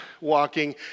walking